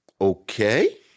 Okay